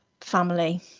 family